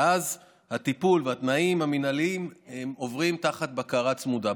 ואז הטיפול והתנאים המינהליים עוברים תחת בקרה צמודה.